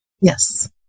yes